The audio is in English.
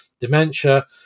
dementia